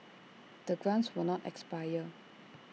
the grants will not expire